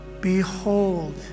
behold